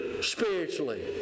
spiritually